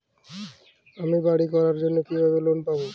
আমি বাড়ি করার জন্য কিভাবে লোন পাব?